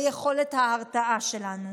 ליכולת ההרתעה שלנו,